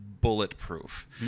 bulletproof